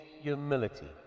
humility